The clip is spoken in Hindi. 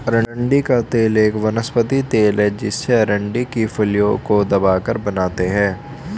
अरंडी का तेल एक वनस्पति तेल है जिसे अरंडी की फलियों को दबाकर बनाते है